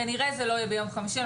כנראה שזה לא יקרה ביום חמישי.